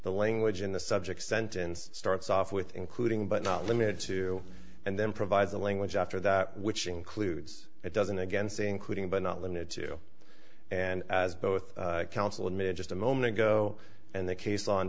the language in the subject sentence starts off with including but not limited to and then provide the language after that which includes it doesn't again say including but not limited to and as both counsel admitted just a moment ago and the case